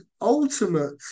ultimate